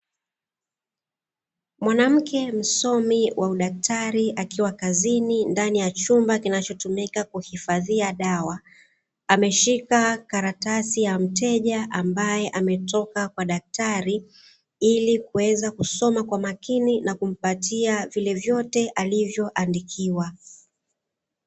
Mwanamke msomi wau daktari, akiwa kazini ndani ya chumba kinachotumika kuifadhia dawa. Ameshika karatasi ya mteja ambae ametoka kwa daktari, ili kuweza kusoma kwa makini na kumpatia vile vyote alivyo and ikiwa.